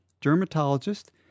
dermatologist